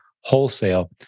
wholesale